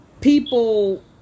people